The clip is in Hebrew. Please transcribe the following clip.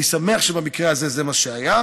אני שמח שבמקרה הזה זה מה שהיה.